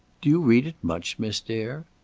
do you read it much, miss dare?